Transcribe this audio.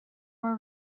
were